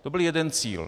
To byl jeden cíl.